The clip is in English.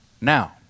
Now